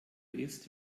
ist